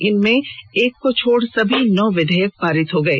इनमें एक को छोड़ सभी नौ विधेयक पारित हो गये